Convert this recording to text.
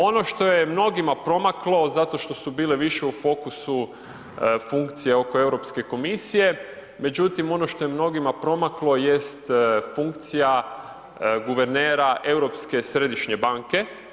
Ono što je mnogima promaklo, zato što su bili više u fokusu funkcije oko Europske komisije, međutim ono što je mnogima promaklo jest funkcija guvernera Europske središnje banke.